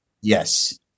Yes